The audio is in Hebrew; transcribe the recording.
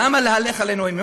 למה להלך עלינו אימים?